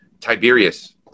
Tiberius